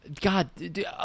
God